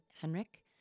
Henrik